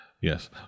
Yes